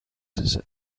said